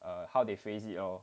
uh how they phrase it lor